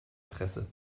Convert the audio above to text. presse